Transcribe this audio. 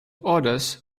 orders